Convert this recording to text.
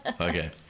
Okay